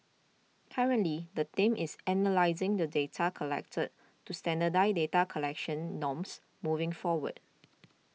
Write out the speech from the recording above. currently the team is analysing the data collected to standardise data collection norms moving forward